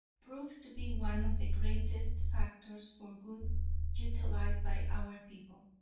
proved to be one of the greatest factors for good utilized by our people.